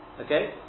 Okay